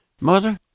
Mother